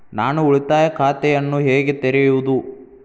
ನಾನು ಉಳಿತಾಯ ಖಾತೆಯನ್ನು ಹೇಗೆ ತೆರೆಯುವುದು?